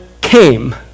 came